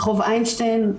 רחוב איינשטיין,